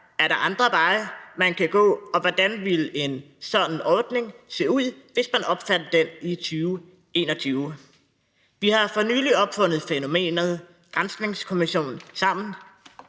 Er der andre veje, man kan gå, og hvordan ville en sådan ordning se ud, hvis man opfandt den i 2021? Vi har for nylig opfundet fænomenet granskningskommission sammen,